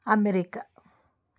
America